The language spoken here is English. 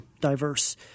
diverse